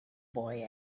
boy